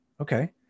okay